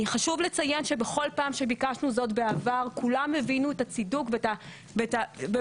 חשוב לציין שבכל פעם שביקשנו זאת בעבר כולם הבינו את הצידוק ואת הצורך,